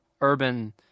urban